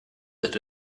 that